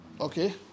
Okay